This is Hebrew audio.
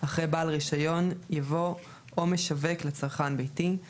אחרי "בעל רישיון" יבוא "או משווק לצרכן ביתי";